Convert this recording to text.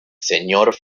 señor